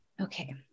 Okay